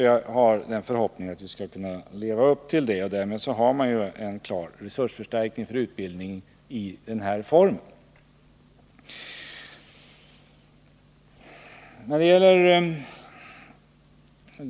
Jag har förhoppningen att vi skall kunna leva upp till det, och därmed får man en klar resursförstärkning för utbildningen i den här formen.